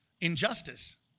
Injustice